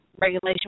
regulation